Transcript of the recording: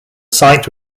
site